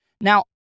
now